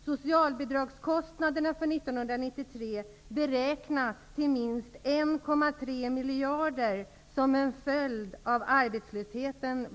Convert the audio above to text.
Socialbidragskostnaderna för 1993 beräknas till minst 1,3 miljarder, bl.a. som en följd av arbetslösheten.